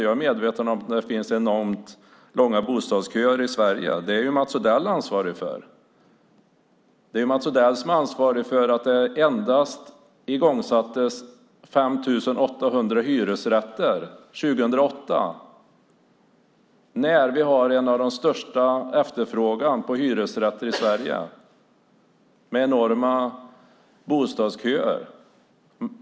Jag är medveten om att det är långa bostadsköer i landet. Det är Mats Odell ansvarig för. Det är Mats Odell som är ansvarig för att byggandet av endast 5 800 hyresrätter igångsattes 2008. Samtidigt har vi en efterfrågan på hyresrätter som är större än kanske någonsin. Bostadsköerna är mycket långa.